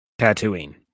Tatooine